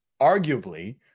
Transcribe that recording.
arguably